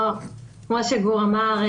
כמו שגור אמר,